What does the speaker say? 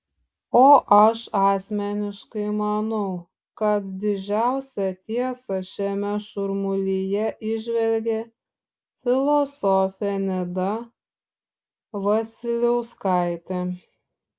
o aš asmeniškai manau kad didžiausią tiesą šiame šurmulyje įžvelgė filosofė nida vasiliauskaitė